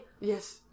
yes